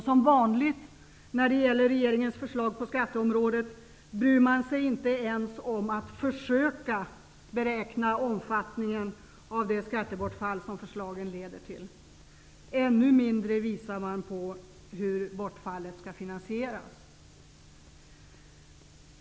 Som vanligt när det gäller regeringens förslag på skatteområdet bryr man sig inte ens om att försöka beräkna omfattningen av det skattebortfall som förslagen leder till. Ännu mindre visar man hur bortfallet skall finansieras.